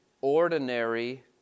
ordinary